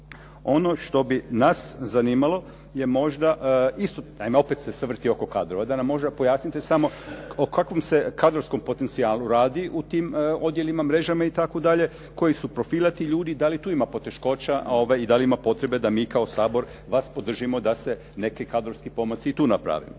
/Govornik se ne razumije./… opet se sve vrti oko kadrova. Da nam možda pojasnite samo o kakvom se kadrovskom potencijalu radi u tim odjelima, mrežama itd., kojeg su profila ti ljudi, da li tu ima poteškoća i da li ima potrebe da mi kao Sabor vas podržimo da se neki kadrovski pomaci tu naprave.